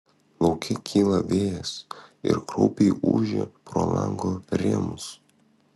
lauke kyla vėjas ir kraupiai ūžia pro lango rėmus